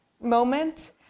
moment